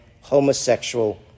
homosexual